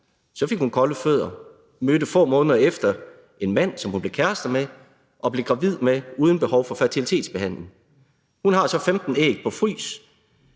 Så fik hun kolde fødder, mødte få måneder efter en mand, som hun blev kæreste med og blev gravid med uden behov for fertilitetsbehandling. Hun har så 15 æg på frys,